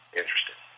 interesting